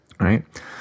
right